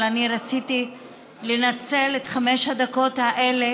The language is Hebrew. אבל רציתי לנצל את חמש הדקות האלה